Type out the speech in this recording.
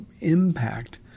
impact